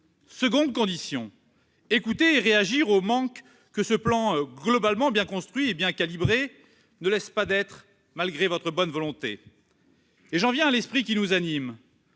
il convient d'écouter et de réagir aux manques que ce plan globalement bien construit et bien calibré laisse entrevoir, malgré votre bonne volonté. J'en viens à l'esprit qui nous anime